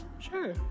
Sure